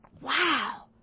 Wow